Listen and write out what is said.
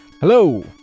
Hello